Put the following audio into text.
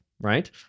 right